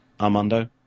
Armando